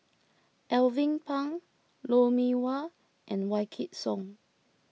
Alvin Pang Lou Mee Wah and Wykidd Song